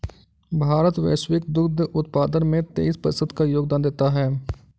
भारत वैश्विक दुग्ध उत्पादन में तेईस प्रतिशत का योगदान देता है